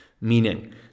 Meaning